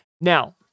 Now